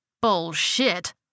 Bullshit